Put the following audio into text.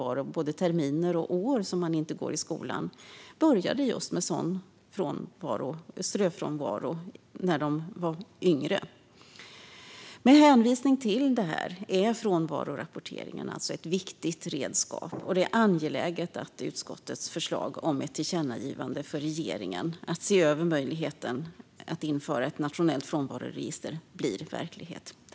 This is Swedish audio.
Det handlar om både terminer och år som de inte går i skolan, och det började ofta med just ströfrånvaro när de var yngre. Med hänvisning till detta är frånvarorapporteringen alltså ett viktigt redskap, och det är angeläget att utskottets förslag om ett tillkännagivande för regeringen att se över möjligheten att införa ett nationellt frånvaroregister blir verklighet.